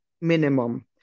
minimum